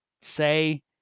say